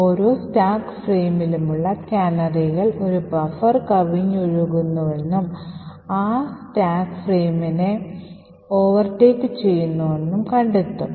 ഓരോ സ്റ്റാക്ക് ഫ്രെയിമിലുമുള്ള കാനറികൾ ഒരു ബഫർ കവിഞ്ഞൊഴുകുന്നുവെന്നും ആ സ്റ്റാക്ക് ഫ്രെയിമിനെ മറികടക്കുന്നുവെന്നും കണ്ടെത്തും